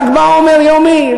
ל"ג בעומר יומי,